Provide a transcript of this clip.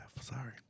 Sorry